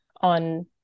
on